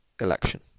election